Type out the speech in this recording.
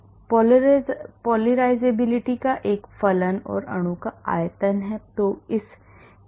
Polarizability का एक फलन और अणु का आयतन है